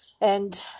and